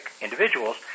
individuals